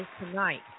Tonight